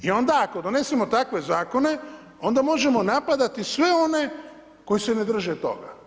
I onda ako donesemo takve Zakone, onda možemo napadati sve one koji se ne drže toga.